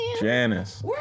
Janice